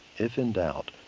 if in doubt,